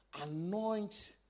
anoint